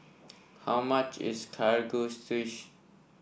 how much is Kalguksu